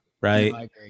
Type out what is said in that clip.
Right